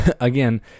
again